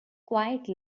quite